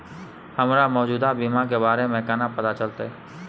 हमरा मौजूदा बीमा के बारे में केना पता चलते?